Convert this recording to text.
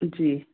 जी